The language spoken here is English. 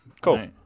Cool